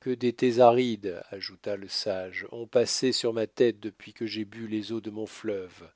que d'étés arides ajouta le sage ont passé sur ma tête depuis que j'ai bu les eaux de mon fleuve